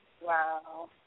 Wow